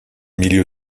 milieu